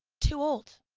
too old,